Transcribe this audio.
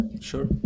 sure